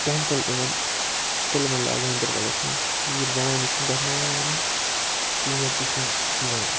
temple یِمَن تُلمولہ گاندَربَلَس مَنٛز کھیٖر بھوانی چھِ یِم تَتھ ناو وَنان تور تہِ چھِ یِم یِوان